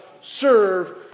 serve